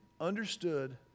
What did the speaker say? understood